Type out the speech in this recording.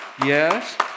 Yes